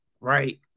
right